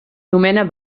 nomena